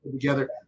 together